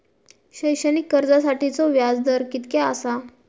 शैक्षणिक कर्जासाठीचो व्याज दर कितक्या आसा?